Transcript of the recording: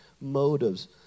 motives